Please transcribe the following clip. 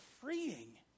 freeing